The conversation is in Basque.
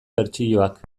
bertsioak